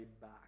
back